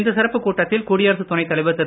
இந்த சிறப்புக் கூட்டத்தில் குடியரசு துணைத் தலைவர் திரு